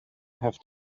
have